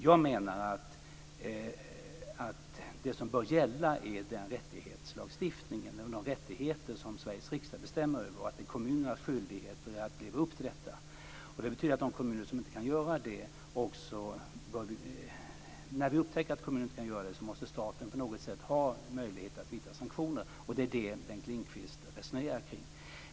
Jag menar att det som bör gälla är den rättighetslagstiftning och de rättigheter som Sveriges riksdag bestämmer över och att det är kommunernas skyldighet att leva upp till detta. När vi upptäcker att kommuner inte kan göra det måste staten på något sätt ha möjlighet att vidta sanktioner. Det är vad Bengt Lindqvist resonerar kring.